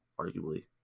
arguably